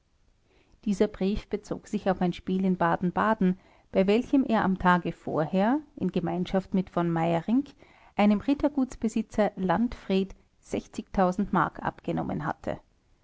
dieser brief bezog sich auf ein spiel in baden-baden bei welchem er am tage vorher in gemeinschaft mit v meyerinck einem rittergutsbesitzer landfried mark abgenommen hatte